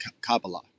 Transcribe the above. Kabbalah